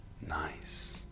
Nice